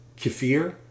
kefir